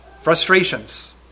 frustrations